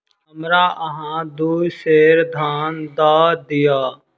हमरा अहाँ दू सेर धान दअ दिअ